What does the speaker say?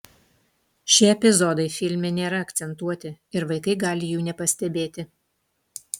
šie epizodai filme nėra akcentuoti ir vaikai gali jų nepastebėti